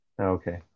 Okay